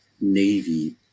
Navy